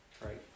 right